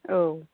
औ